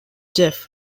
jeff